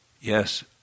Yes